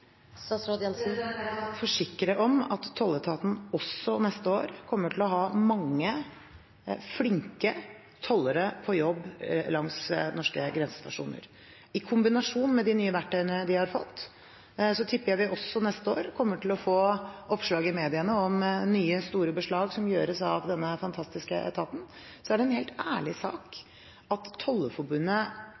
Jeg kan forsikre om at tolletaten også neste år kommer til å ha mange flinke tollere på jobb ved norske grensestasjoner. I kombinasjon med de nye verktøyene de har fått, tipper jeg vi også neste år kommer til å få oppslag i mediene om nye, store beslag som gjøres av denne fantastiske etaten. Så er det en helt ærlig sak at